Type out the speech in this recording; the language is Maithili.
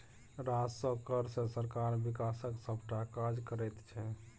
राजस्व कर सँ सरकार बिकासक सभटा काज करैत छै